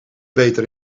beter